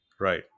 Right